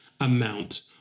amount